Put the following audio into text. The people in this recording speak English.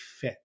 fit